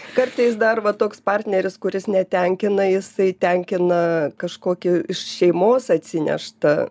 kartais dar vat toks partneris kuris netenkina jisai tenkina kažkokį iš šeimos atsineštą